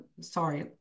sorry